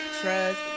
Trust